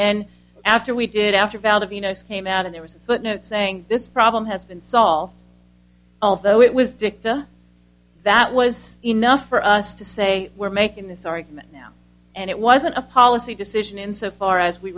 then after we did after valid venus came out and there was a footnote saying this problem has been solved although it was dicta that was enough for us to say we're making this argument now and it wasn't a policy decision in so far as we